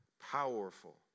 powerful